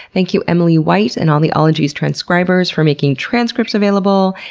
thank you emily white and all the ologies transcribers for making transcripts available,